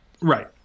right